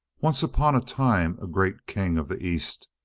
once upon a time a great king of the east,